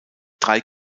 drei